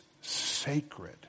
sacred